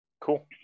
Cool